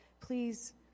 please